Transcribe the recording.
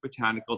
botanicals